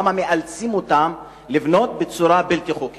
למה מאלצים אותם לבנות בנייה בלתי חוקית.